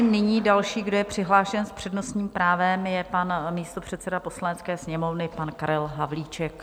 Nyní další, kdo je přihlášen s přednostním právem, je místopředseda Poslanecké sněmovny, pan Karel Havlíček.